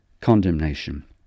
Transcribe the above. condemnation